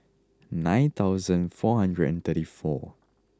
nine thousand four hundred and thirty four